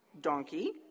donkey